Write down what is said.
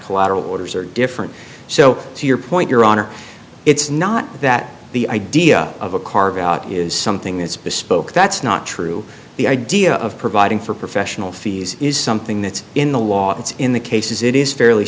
collateral orders are different so to your point your honor it's not that the idea of a carve out is something that's bespoke that's not true the idea of providing for professional fees is something that's in the law it's in the cases it is fairly